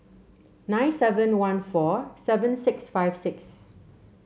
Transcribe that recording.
nine seven one four seven six five six